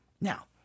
Now